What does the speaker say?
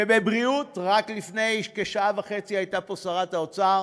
בבריאות, רק לפני כשעה וחצי הייתה פה שרת האוצר